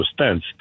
stents